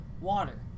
water